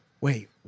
wait